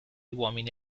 uomini